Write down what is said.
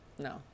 No